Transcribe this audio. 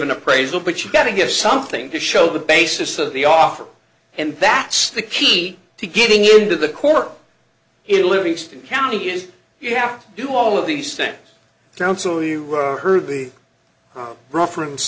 an appraisal but you've got to give something to show the basis of the offer and that's the key to getting into the corner in livingston county is you have to do all of these things counsel you heard the reference